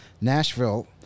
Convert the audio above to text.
Nashville